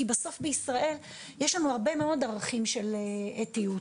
כי בסוף בישראל יש לנו הרבה מאוד ערכים של אתיות,